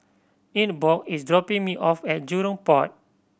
Ingeborg is dropping me off at Jurong Port